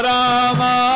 Rama